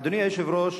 אדוני היושב-ראש,